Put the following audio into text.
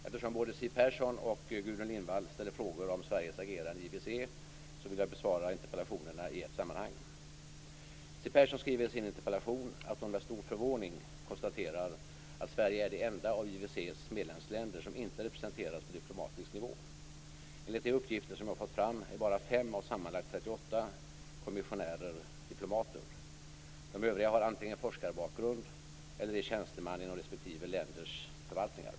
Eftersom både Siw Persson och Gudrun Lindvall ställer frågor om Sveriges agerande i IWC vill jag besvara interpellationerna i ett sammanhang. Siw Persson skriver i sin interpellation att hon med stor förvåning konstaterar att Sverige är det enda av IWC:s medlemsländer som inte representeras på diplomatisk nivå. Enligt de uppgifter som jag fått fram är bara fem av sammanlagt 38 kommissionärer diplomater. De övriga har antingen forskarbakgrund eller är tjänstemän inom respektive länders förvaltningar.